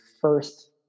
first